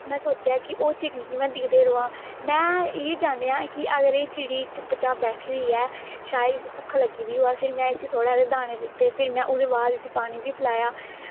सोचेआ कि ओह चिड़ी गी में दिक्खदे रवां में इयै जान्नेआ हा कि अगर एह चिड़ी चुप्प चाप बेठी दी ऐ शायद इसी भुक्ख लग्गी दी होऐ फिर में इसी थोह्ड़े सारे दाने दित्ते फिर में ओहदे बाद इसी पानी बी पिलाया